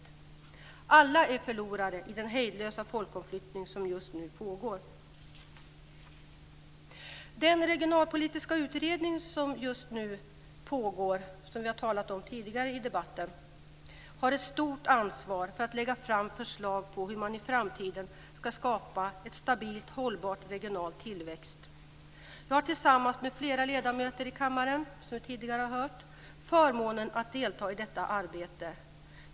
Alla är förlorare i den hejdlösa folkomflyttning som just nu pågår. Den regionalpolitiska utredning som just nu pågår och som nämnts tidigare i debatten har ett stort ansvar för att lägga fram förslag om hur man i framtiden kan skapa en stabil och hållbar regional tillväxt. Jag har tillsammans med flera ledamöter i kammaren, som vi hört tidigare, förmånen att delta i detta arbete.